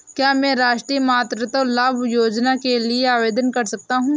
क्या मैं राष्ट्रीय मातृत्व लाभ योजना के लिए आवेदन कर सकता हूँ?